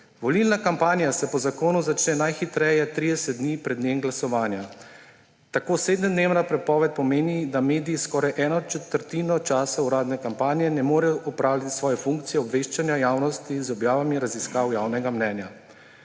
»Volilna kampanja se po zakonu začne najhitreje 30 dni pred dnem glasovanja. Tako sedemdnevna prepoved pomeni, da mediji skoraj eno četrtino časa uradne kampanje ne morejo opravljati svoje funkcije obveščanja javnosti z objavami raziskav javnega mnenja.«